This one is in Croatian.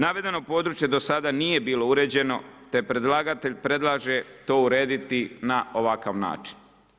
Navedeno područje do sada nije bilo uređeno, te predlagatelj predlaže to urediti na ovakav način.